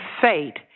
fate